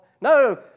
No